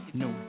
no